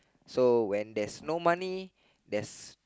so when there's no money there's